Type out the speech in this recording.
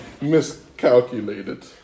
miscalculated